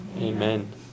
Amen